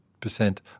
percent